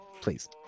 please